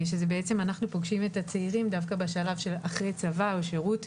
אנחנו פוגשים את הצעירים דווקא בשלב של אחרי צבא או שירות,